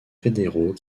fédéraux